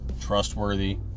trustworthy